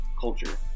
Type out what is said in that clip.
culture